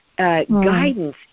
Guidance